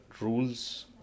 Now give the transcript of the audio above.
rules